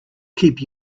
keep